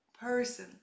person-